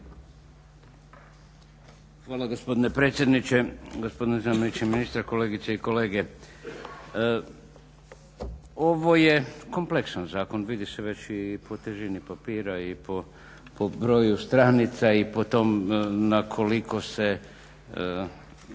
Hvala gospodine predsjedniče, gospodine zamjeniče ministra, kolegice i kolege. Ovo je kompleksan zakon, vidi se već i po težini papira i po broju stranica i po tom na koliko se